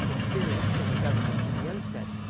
experienced from the government in the outset,